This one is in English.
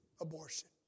abortion